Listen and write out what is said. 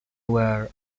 were